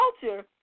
culture